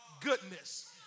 goodness